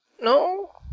No